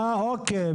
אוקיי,